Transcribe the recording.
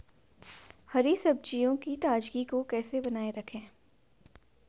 हरी सब्जियों की ताजगी को कैसे बनाये रखें?